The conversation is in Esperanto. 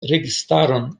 registaron